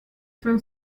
from